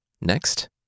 Next